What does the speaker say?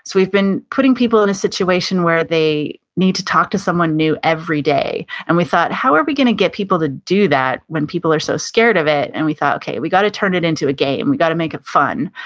we've been putting people in a situation where they need to talk to someone new every day. and we thought, how are we gonna get people to do that when people are so scared of it? and we thought, okay. we gotta turn it into a game. we've got to make it fun.